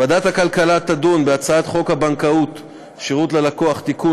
ועדת הכלכלה תדון בהצעת חוק הבנקאות (שירות ללקוח) (תיקון,